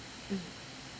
mm